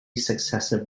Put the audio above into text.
successive